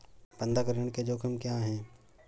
बंधक ऋण के जोखिम क्या हैं?